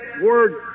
word